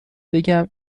بگم